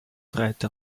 reiter